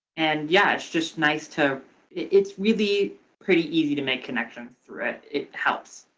and, yeah. it's just nice to it's really pretty easy to make connections through it. it helps.